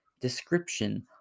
description